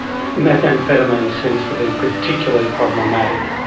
methamphetamine seems to be particularly problematic.